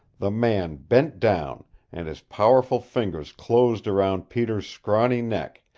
the man bent down and his powerful fingers closed round peter's scrawny neck,